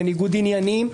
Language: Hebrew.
לניגוד עניינים,